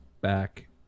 back